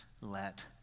let